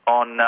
on